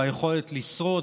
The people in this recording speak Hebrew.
ביכולת לשרוד,